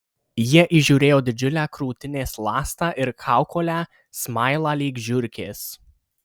jie įžiūrėjo didžiulę krūtinės ląstą ir kaukolę smailą lyg žiurkės